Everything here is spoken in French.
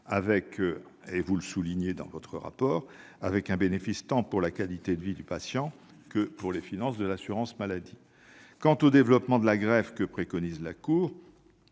soins, la Cour le souligne dans son rapport, avec un bénéfice tant pour la qualité de vie des patients que pour les finances de l'assurance maladie. Quant au développement de la greffe que préconise la Cour,